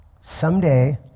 someday